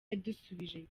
yadusubije